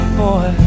boy